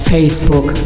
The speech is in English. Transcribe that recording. Facebook